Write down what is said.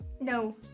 No